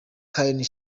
karen